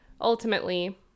ultimately